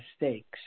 mistakes